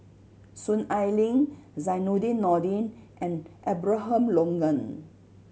Soon Ai Ling Zainudin Nordin and Abraham Logan